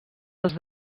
als